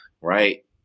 Right